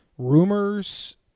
Rumors